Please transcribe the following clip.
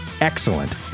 excellent